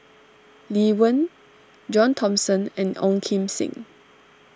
Lee Wen John Thomson and Ong Kim Seng